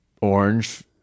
orange